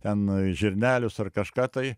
ten žirnelius ar kažką tai